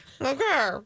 Okay